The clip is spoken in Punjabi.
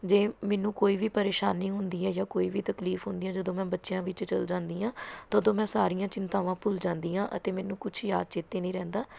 ਜੇ ਮੈਨੂੰ ਕੋਈ ਵੀ ਪਰੇਸ਼ਾਨੀ ਹੁੰਦੀ ਹੈ ਜਾਂ ਕੋਈ ਵੀ ਤਕਲੀਫ਼ ਹੁੰਦੀ ਹੈ ਜਦੋਂ ਮੈਂ ਬੱਚਿਆਂ ਵਿੱਚ ਚਲੇ ਜਾਂਦੀ ਹਾਂ ਤਾਂ ਉਦੋਂ ਮੈਂ ਸਾਰੀਆਂ ਚਿੰਤਾਵਾਂ ਭੁੱਲ ਜਾਂਦੀ ਹਾਂ ਅਤੇ ਮੈਨੂੰ ਕੁਛ ਯਾਦ ਚੇਤੇ ਨਹੀਂ ਰਹਿੰਦਾ